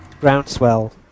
groundswell